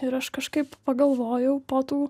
ir aš kažkaip pagalvojau po tų